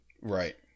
Right